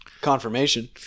confirmation